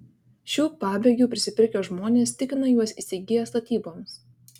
šių pabėgių prisipirkę žmonės tikina juos įsigiję statyboms